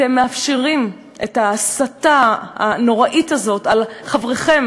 אתם מאפשרים את ההסתה הנוראית הזאת נגד חבריכם